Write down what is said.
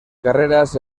carreras